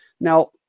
Now